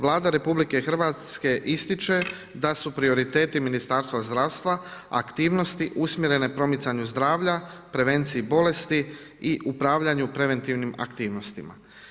Vlada RH ističe da su prioriteti Ministarstva zdravstva aktivnosti usmjerene promicanju zdravlja, prevenciji bolesti i upravljanju preventivnim aktivnostima.